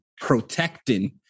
protecting